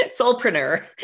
soulpreneur